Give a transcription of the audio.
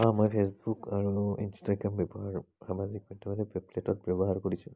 অ' মই ফেচবুক আৰু ইনষ্টাগ্ৰাম ব্যৱহাৰ সামাজিক মাধ্যম ব্যৱহাৰ কৰিছোঁ